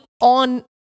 on